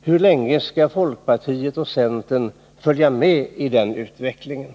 Hur länge skall folkpartiet och centern följa med i den utvecklingen?